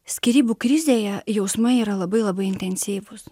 skyrybų krizėje jausmai yra labai labai intensyvūs